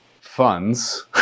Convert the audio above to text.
funds